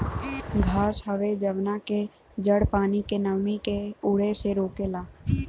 घास हवे जवना के जड़ पानी के नमी के उड़े से रोकेला